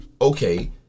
Okay